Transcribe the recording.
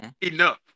enough